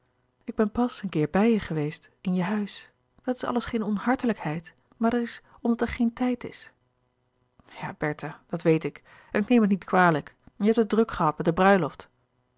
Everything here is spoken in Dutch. ik ben pas een keer bij je geweest in je huis dat is alles geen onhartelijkheid maar dat is omdat er geen tijd is ja bertha dat weet ik en ik neem het niet kwalijk en je hebt het druk gehad met de bruiloft